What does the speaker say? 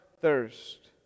thirst